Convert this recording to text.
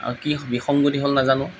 আৰু কি বিসংগতি হ'ল নাজানোঁ